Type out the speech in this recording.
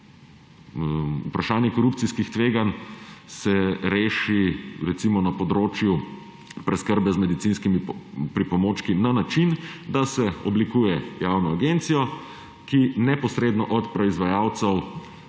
Vprašanje korupcijskih tveganj se reši recimo na področju preskrbe z medicinskimi pripomočki na način, da se oblikuje javno agencijo, ki neposredno od proizvajalcev